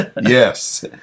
yes